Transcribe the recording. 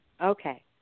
Okay